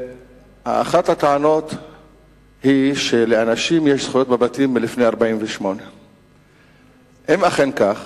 אחת הטענות היא שלאנשים יש זכויות בבתים מלפני 1948. אם אכן כך,